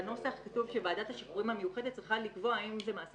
בנוסח כתוב שוועדת השחרורים המיוחדת צריכה לקבוע האם זה מעשה